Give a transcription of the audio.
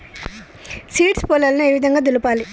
Seeds పొలాలను ఏ విధంగా దులపాలి?